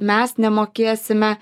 mes nemokėsime